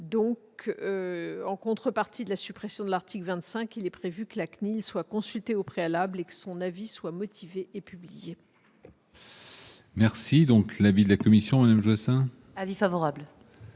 En contrepartie de la suppression de l'article 25, il est prévu que la CNIL soit consultée au préalable et que son avis soit motivé et publié. Quel est l'avis de la commission ? Avis favorable.